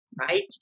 right